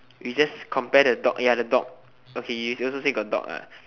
we just compare the dog ya the dog okay you also say got dog ah